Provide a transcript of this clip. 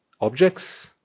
objects